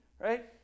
right